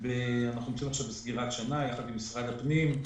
אנחנו נמצאים עכשיו בסגירת שנה יחד עם משרד הפנים.